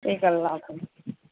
ٹھیک ہے اللہ حافظ